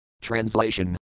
Translation